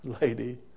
lady